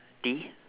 T